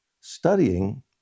studying